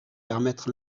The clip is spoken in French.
permettre